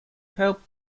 helped